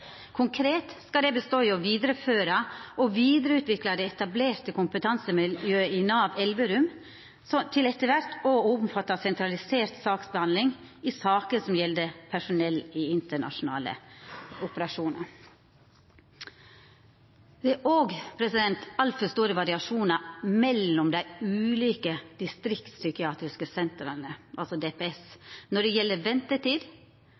Konkret skal det bestå i å føra vidare og vidareutvikla det etablerte kompetansemiljøet i Nav Elverum til etter kvart òg å omfatta sentralisert saksbehandling i saker som gjeld personell i internasjonale operasjonar. Det er òg altfor store variasjonar mellom dei ulike distriktspsykiatriske sentera når det gjeld ventetid,